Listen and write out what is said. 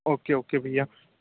okay okay भइया